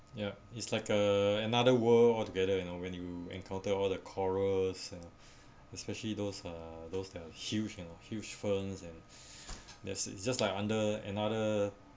ya it's like a another world altogether you know when you encounter all the corals especially those uh those that uh huge huge ferns and there's it just like under another